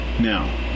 Now